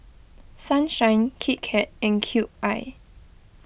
Sunshine Kit Kat and Cube I